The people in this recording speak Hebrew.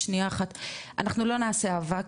אנחנו לא 'נעשה אהבה',